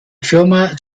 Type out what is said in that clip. firma